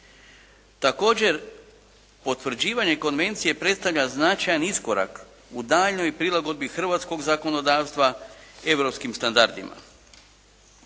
Također potvrđivanje konvencije predstavlja značajan iskorak u daljnjoj prilagodbi hrvatskog zakonodavstva europskim standardima.